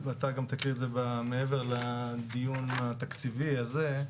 שאתה גם תקריא את זה מעבר לדיון התקציבי הזה.